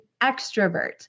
extrovert